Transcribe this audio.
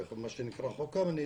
מה שנקרא חוק קמיניץ,